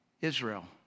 Israel